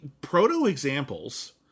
proto-examples